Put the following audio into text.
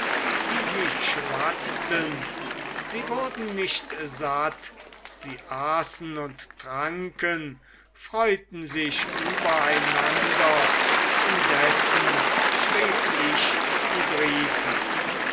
wie sie schwatzten sie wurden nicht satt sie aßen und tranken freuten sich übereinander indessen schrieb ich die briefe